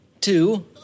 two